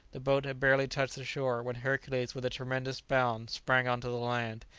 the boat had barely touched the shore, when hercules with a tremendous bound sprang on to the land.